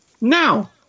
Now